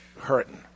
hurting